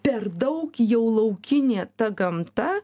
perdaug jau laukinė ta gamta